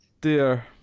dear